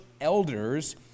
elders